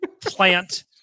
plant